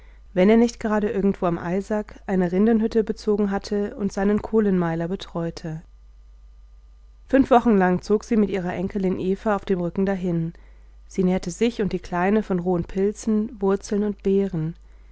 wenn er nicht gerade irgendwo am eisack eine rindenhütte bezogen hatte und seinen kohlenmeiler betreute fünf wochen lang zog sie mit ihrer enkelin eva auf dem rücken dahin sie nährte sich und die kleine von rohen pilzen wurzeln und beeren